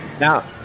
now